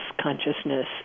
consciousness